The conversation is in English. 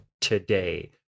today